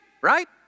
right